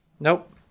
Nope